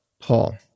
Paul